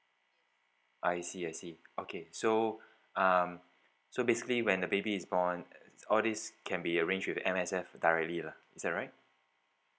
I see I see okay so um so basically when the baby is born all these can be arranged with the M_S_F directly lah is that right